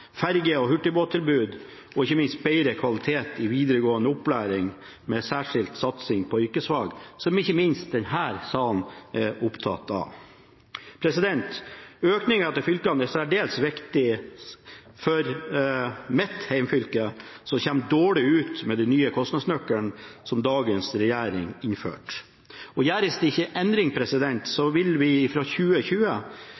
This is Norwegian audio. og hurtigbåttilbud og ikke minst bedre kvalitet i videregående opplæring med en særskilt satsing på yrkesfag, som ikke minst denne salen er opptatt av. Økningen til fylkene er særdeles viktig for mitt hjemfylke, som kommer dårlig ut med den nye kostnadsnøkkelen, som dagens regjering innførte. Gjøres det ikke endring,